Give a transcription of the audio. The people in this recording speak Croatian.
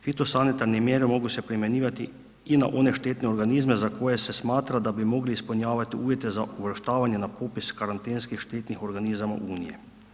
Fitosanitarne mjere mogu se primjenjivati i na one štetne organizme za koje se smatra da bi mogle ispunjavati uvjete za uvrštavanje na popis karantenskih štetnih organizama Unije.